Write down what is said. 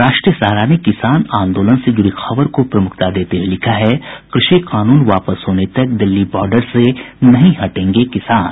राष्ट्रीय सहारा ने किसान आंदोलन से जुड़ी खबर को प्रमुखता देते हुये लिखा है कृषि कानून वापस होने तक दिल्ली बॉर्डर से नहीं हटेंगे किसान